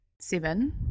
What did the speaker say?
seven